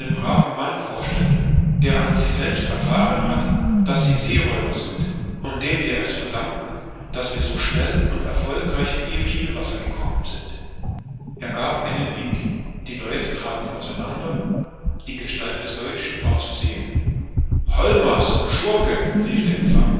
braven mann vorstellen der an sich selbst erfahren hat daß sie seeräuber sind und dem wir es verdanken daß wir so schnell und erfolgreich in ihr kielwasser gekommen sind er gab einen wink die leute traten aus einander die gestalt des deutschen war zu sehen holmers schurke rief der